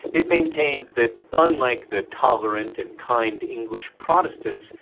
it maintained that unlike the tolerant and kind english protestants,